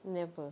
never